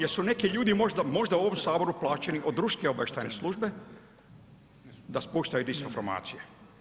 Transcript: Jesu neki ljudi možda u ovom HS plaćeni od ruske obavještajne službe da spuštaju dezinformacije?